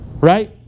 right